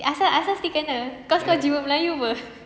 asal asal still kena cause kau jiwa melayu apa